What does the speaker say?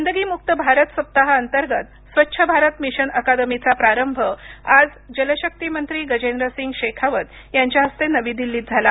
गंदगीमुक्त भारत सप्ताहा अंतर्गत स्वच्छ भारत मिशन अकादमीचा प्रारंभ आज जल शक्ती मंत्री गजेंद्र सिंग शेखावत यांच्या हस्ते नवी दिल्लीत झाला